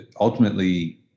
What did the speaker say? ultimately